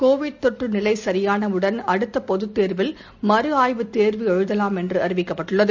Covid தொற்று நிலை சரியானவுடன் அடுத்த பொதுத் தேர்வில் மறு ஆய்வுத் தேர்வு எழுதலாம் என்று அறிவிக்கப்பட்டுள்ளது